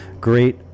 great